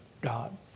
God